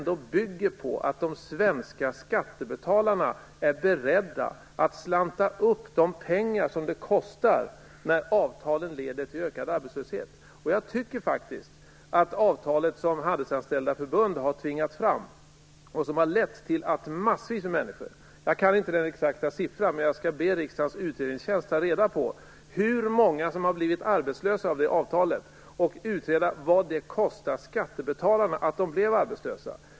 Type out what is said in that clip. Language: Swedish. Det bygger på att de svenska skattebetalarna är beredda att "slanta upp" de pengar som det kostar när avtalen leder till ökad arbetslöshet. Jag tycker faktiskt att det avtal som Handelsanställdas förbund har tvingat fram och som har lett till att massor av människor har förlorat sina jobb. Jag kan inte den exakta siffran, men jag skall be riksdagens utredningstjänst att ta reda på hur många som har blivit arbetslösa på grund av det avtalet och utreda vad det kostar skattebetalarna att de blev arbetslösa.